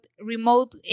remote